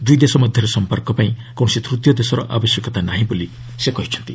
ଦୁଇ ଦେଶ ମଧ୍ୟରେ ସମ୍ପର୍କ ପାଇଁ କୌଣସି ତୂତୀୟ ଦେଶର ଆବଶ୍ୟକତା ନାହିଁ ବୋଲି ସେ କହିଛନ୍ତି